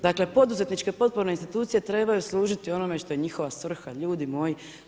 Dakle, poduzetničke potporne institucije trebaju služiti onome što je njihova svrha ljudi moji.